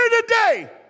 today